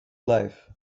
life